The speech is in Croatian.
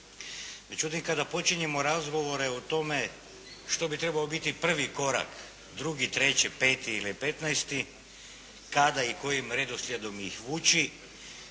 Međutim, kada počinjemo razgovore o tome što bi trebao biti prvi korak, drugi, treći, peti ili petnaesti, kada i kojim ih redoslijedom ih vući,